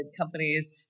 companies